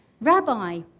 Rabbi